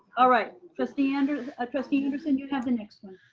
all right. trustee and ah trustee anderson you have the next one.